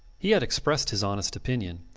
he had expressed his honest opinion.